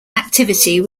activity